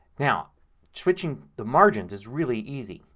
now switching the margins is really easy.